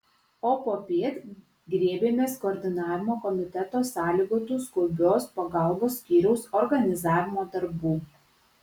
o popiet griebėmės koordinavimo komiteto sąlygotų skubios pagalbos skyriaus organizavimo darbų